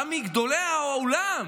אתה מגדולי העולם,